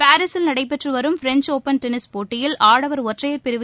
பாரிஸில் நடைபெற்று வரும் பிரெஞ்ச் ஒப்பன் டென்னிஸ் போட்டியில் ஆடவர் ஒற்றையர் பிரிவு